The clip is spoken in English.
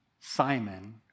Simon